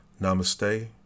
Namaste